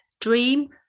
dream